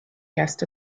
guest